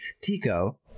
Tico